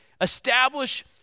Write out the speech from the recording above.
establish